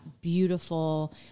Beautiful